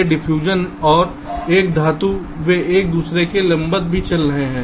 यह डिफ्यूजन और यह धातु वे एक दूसरे के लंबवत भी चल रहे हैं